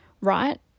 right